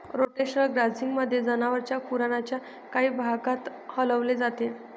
rotational ग्राझिंगमध्ये, जनावरांना कुरणाच्या काही भागात हलवले जाते